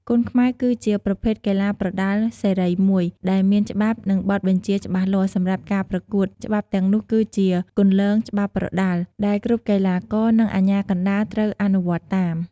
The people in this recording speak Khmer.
គុនខ្មែរ គឺជាប្រភេទកីឡាប្រដាល់សេរីមួយ ដែលមាន ច្បាប់ និងបទបញ្ជាច្បាស់លាស់ សម្រាប់ការប្រកួត ច្បាប់ទាំងនោះ គឺជា "គន្លងច្បាប់ប្រដាល់" ដែលគ្រប់កីឡាករ និងអាជ្ញាកណ្ដាលត្រូវអនុវត្តតាម។